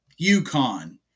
UConn